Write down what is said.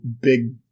big